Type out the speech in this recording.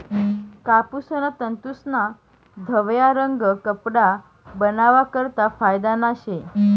कापूसना तंतूस्ना धवया रंग कपडा बनावा करता फायदाना शे